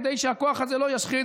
כדי שהכוח הזה לא ישחית,